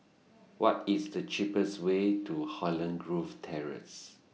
What IS The cheapest Way to Holland Grove Terrace